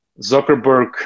Zuckerberg